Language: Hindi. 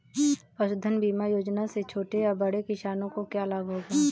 पशुधन बीमा योजना से छोटे या बड़े किसानों को क्या लाभ होगा?